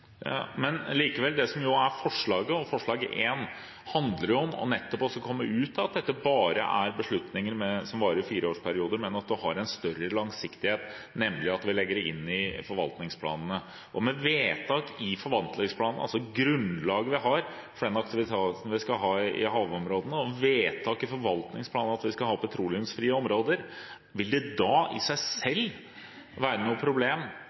Likevel – det som ligger i forslag nr. 1, handler nettopp om å komme ut av at dette bare er beslutninger som varer i en fireårsperiode, at man har en større langsiktighet ved at man legger det inn i forvaltningsplanene. Med vedtak i forvaltningsplanene om petroleumsfrie områder, altså det grunnlaget vi har for aktiviteten vi skal ha i havområdene: Vil det da i seg selv være noe problem også å gjøre disse til seismikkfrie områder? Jeg klarer ikke å se